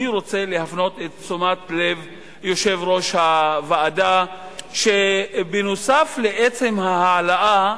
אני רוצה להפנות את תשומת לב יושב-ראש הוועדה שנוסף על עצם ההעלאה,